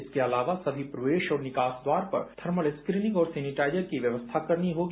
इसके अलावा सभी प्रवेश और निकास द्वार पर थर्मल स्क्रीनिंग और सैनिटाइजर की व्यवस्था करनी होगी